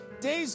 Days